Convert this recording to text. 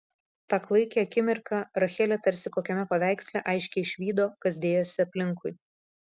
tą klaikią akimirką rachelė tarsi kokiame paveiksle aiškiai išvydo kas dėjosi aplinkui